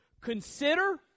Consider